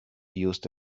used